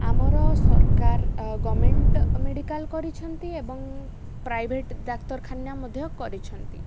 ଆମର ସରକାର government medical କରିଛନ୍ତି ଏବଂ ପ୍ରାଇଭେଟ୍ ଡାକ୍ତରଖାନା ମଧ୍ୟ କରିଛନ୍ତି